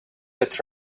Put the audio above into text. that